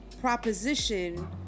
proposition